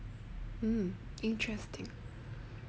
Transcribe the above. interesting